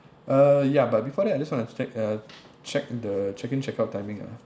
uh ya but before that I just want to check uh check the check in check out timing ah